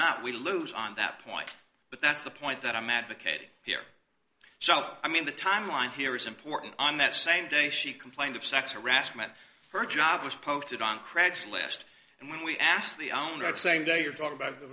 not we lose on that point but that's the point that i'm advocating here so i mean the timeline here is important on that same day she complained of sex harassment her job was posted on craigslist and when we asked the owner of same day your daughter b